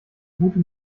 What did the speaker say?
gute